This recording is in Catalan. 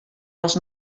les